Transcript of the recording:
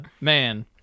man